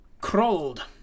Crawled